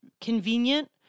convenient